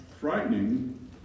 frightening